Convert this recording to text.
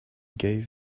gave